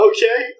Okay